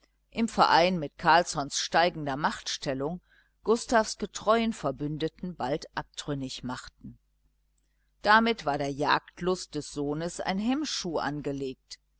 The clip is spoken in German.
im verein mit carlssons steigender machtstellung gustavs getreuen verbündeten bald abtrünnig machten damit war der jagdlust des sohnes ein hemmschuh angelegt